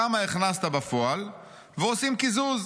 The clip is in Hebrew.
כמה הכנסת בפועל ועושים קיזוז.